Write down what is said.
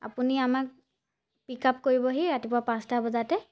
আপুনি আমাক pick up কৰিবহি ৰাতিপুৱা পাঁচটা বজাতে